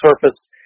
surface